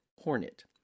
Hornet